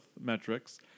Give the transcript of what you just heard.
metrics